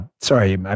Sorry